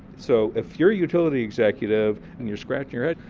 so if you're a utility executive and you're scratching your head,